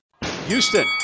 houston